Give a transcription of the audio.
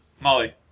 Molly